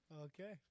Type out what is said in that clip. Okay